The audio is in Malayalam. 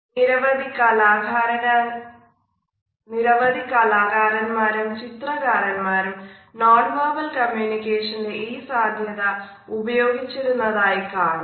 നിരവധി കലാകാരൻമാരും ചിത്രകാരന്മാരും നോൺ വെർബൽ കമ്മ്യൂണിക്കേഷൻറെ ഈ സാധ്യത ഉപയോഗിച്ചിരുന്നതായി കാണുന്നു